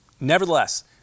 Nevertheless